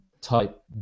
type